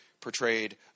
portrayed